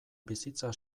bizitza